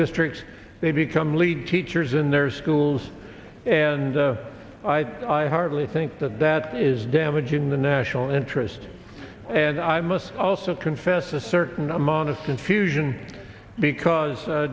districts they become lead teachers in their schools and i hardly think that that is damaging the national interest and i must also confess a certain amount of confusion because